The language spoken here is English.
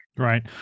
Right